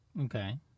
Okay